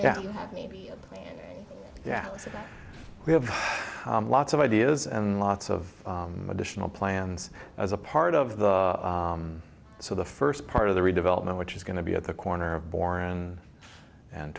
yeah maybe yeah we have lots of ideas and lots of additional plans as a part of the so the first part of the redevelopment which is going to be at the corner of bora and